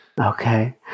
Okay